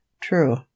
True